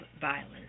violence